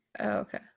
Okay